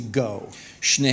go